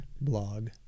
Blog